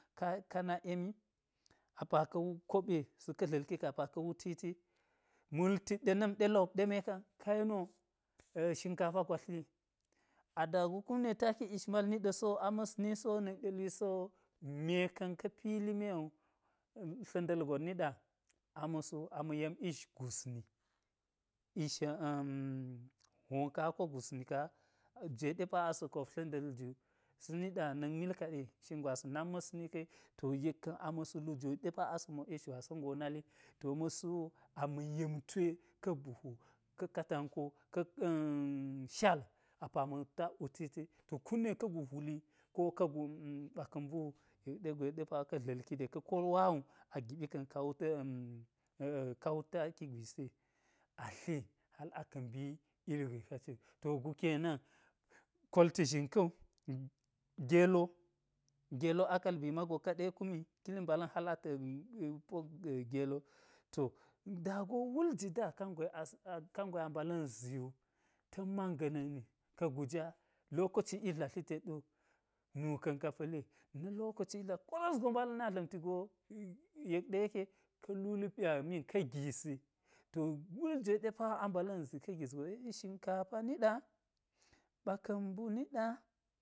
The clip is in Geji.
Ka nak yemi aka̱ koɓi su ka̱ dla̱lki ka apa ka wutiti multi ɗe na̱m, ɗe lop ɗe mekan ka yeni wo shinkafa gwa tli yi, ada go kum ɗe taki ish mal ni ɗa sowu, a ma̱sni so na̱kɗe luisi wo me ka̱n ka̱ pili me tla̱nda̱l gon niɗa a ma̱ su ama̱ yem ish gusni-ish-a̱-a̱ hwo ka ko gusni ka jwe ɗe pa asa̱ kop tla̱nda̱l wu sa̱ni ɗa na̱k mil kaɗi shin gwasa̱n nak ma̱sni ka̱wi to yek ka̱n ama̱ su ɗe pa asa̱ mo ish gwasa̱n go nali ma̱su ama̱ yemtoe ka̱ buhu ka̱ katanko ka̱-a̱ ka̱ shal apa matak wutiti to kumne ka gu hwuli ko ka̱ gu ɓaka̱n mbu wu yek ɗe gwe ɗe pa ka̱ dla̱lki ɗe ka̱ kol nwa wu a giɓi ka̱n ka wut-a̱ taki gwisi a̱ tli hal aka̱ mbi ilgwe ka ci wu, to gu kenan, kolti zhin ka̱wu, gelo, gelo a kaal bi mago ka ɗe kumi yi kili mbala̱n hal-a ta̱ pok gelo to da go wulki da kangwe-asa̱ kangwe a mbala̱n ziwu tam man ga̱ na̱k nin wu, ka̱ gija, lokoci idla tli tet wu nuka̱n ka pa̱li na̱ lokaci idla, kwaras go mbala̱n na dla̱mti go yek ɗe yeke ka̱ hul amin ka̱ gisi to wul jwe ɗe paa mbala̱n zi ka̱ gis go yek ɗe shinkafa niɗa ɓaka̱n mbu niɗa